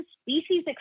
species